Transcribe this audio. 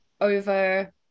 over